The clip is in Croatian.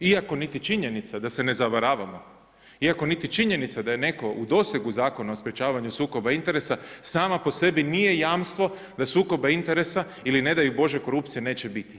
Iako niti činjenica da se ne zavaramo, iako niti činjenica da je netko u dosegu Zakona o sprečavanju sukoba interesa sama po sebi nije jamstvo sukoba interesa ili ne daj bože korupcije neće biti.